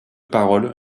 parole